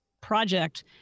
project